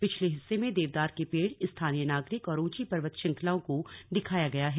पिछले हिस्से में देवदार के पेड़ स्थानीय नागरिक और ऊंची पर्वत श्रृंखलाओं को दिखाया गया है